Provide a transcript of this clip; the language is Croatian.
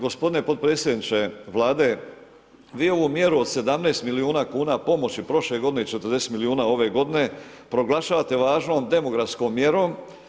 Gospodine podpredsjedniče Vlade, vi ovu mjeru od 17 milijuna kuna pomoći prošle godine 40 milijuna ove godine, proglašavate važnom demografskom mjerom.